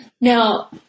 Now